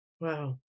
wow